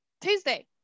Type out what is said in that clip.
tuesday